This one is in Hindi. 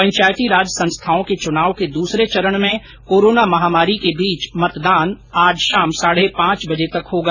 पंचायती राज संस्थाओं के चुनाव के दूसरे चरण में कोरोना महामारी के बीच मतदान आज शाम साढे पांच बजे तक होगा